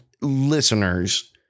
listeners